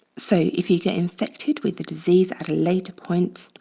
so if you get infected with a disease at a later point,